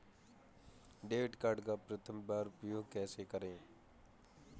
Debit card का प्रथम बार उपयोग कैसे करेंगे?